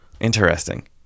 Interesting